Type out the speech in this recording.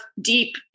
deep